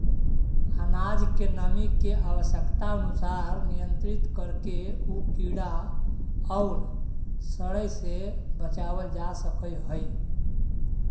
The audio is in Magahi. अनाज के नमी के आवश्यकतानुसार नियन्त्रित करके उ कीड़ा औउर सड़े से बचावल जा सकऽ हई